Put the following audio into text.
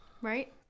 Right